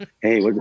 Hey